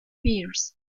pierce